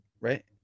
right